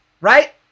right